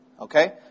Okay